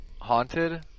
Haunted